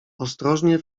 ostrożnie